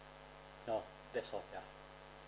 uh that's all ya